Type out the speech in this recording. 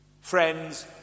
Friends